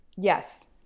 yes